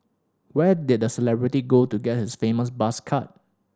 where did the celebrity go to get his famous buzz cut